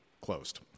closed